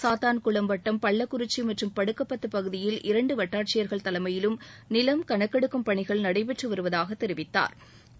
சாத்தான்குளம் வட்டம் பள்ளக்குறிச்சி மற்றும் படுக்கப்பத்து பகுதியில் இரண்டு வட்டாட்சியர்கள் தலைமையிலும் நிலம் கணக்கெடுக்கும் பணிகள் நடைபெற்று வருவதாக தெரிவித்தாா்